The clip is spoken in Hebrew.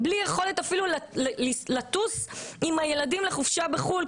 אפילו בלי יכולת לטוס עם הילדים לחופשה בחו"ל,